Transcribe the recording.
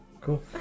Cool